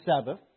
Sabbath